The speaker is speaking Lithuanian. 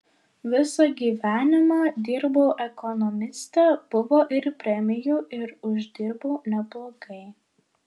visą gyvenimą dirbau ekonomiste buvo ir premijų ir uždirbau neblogai